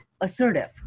assertive